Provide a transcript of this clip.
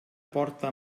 porta